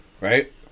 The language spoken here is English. Right